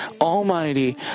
Almighty